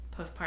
postpartum